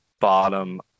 bottom